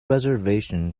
reservation